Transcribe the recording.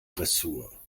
dressur